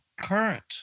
current